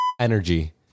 Energy